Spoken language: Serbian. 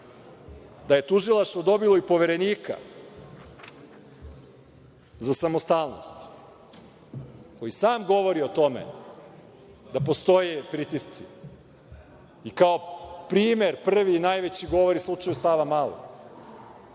da je Tužilaštvo dobilo i poverenika za samostalnost koji sam govori o tome da postoje pritisci. Kao primer prvi i najveći govori slučaj u Savamali,